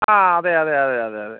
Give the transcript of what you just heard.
ആ അതെ അതെ അതെ അതെ അതെ